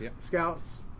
scouts